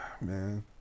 man